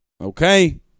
Okay